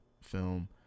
film